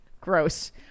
gross